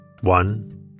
one